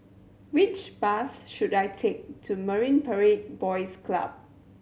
which bus should I take to Marine Parade Boys Club